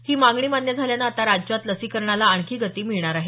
ही मागणी मान्य झाल्यानं आता राज्यात लसीकरणाला आणखी गती मिळणार आहे